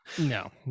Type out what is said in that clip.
No